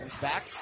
back